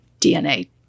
DNA